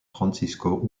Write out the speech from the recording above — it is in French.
francisco